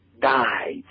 died